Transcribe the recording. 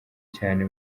cyane